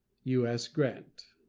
u s. grant.